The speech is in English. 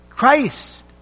Christ